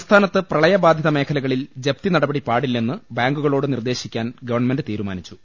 സംസ്ഥാനത്ത് പ്രളയബാധിത മേഖലകളിൽ ജപ്തി നട പടി പാടി ല്ലെന്ന് ബാങ്കു ക ളോട് നിർദേ ശി ക്കാൻ ഗവൺമെന്റ് തീരുമാനിച്ചു